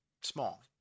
Small